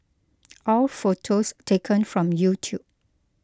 all photos taken from YouTube